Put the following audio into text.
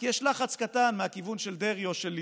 כי יש לחץ קטן מהכיוון של דרעי או של ליצמן.